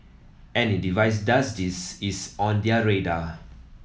any device does this is on their radar